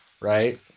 right